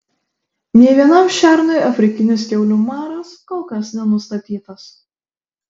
nė vienam šernui afrikinis kiaulių maras kol kas nenustatytas